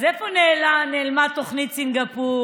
אז איפה נעלמה תוכנית סינגפור?